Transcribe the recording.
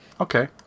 Okay